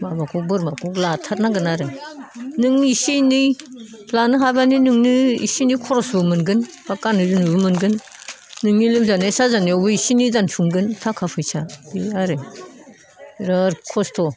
माबाखौ बोरमाखौबो लाथारनांगोन आरो नों एसे एनै लानो हाब्लानो नोंनो एसे एनै खरसबो मोनगोन बा गाननाय जोमनायबो मोनगोन नोंनि लोमजानाय साजानायावबो एसे निदान सुंगोन थाखा फैसा बि आरो बिराद खस्थ'